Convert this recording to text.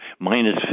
minus